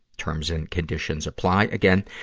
terms and conditions apply. again,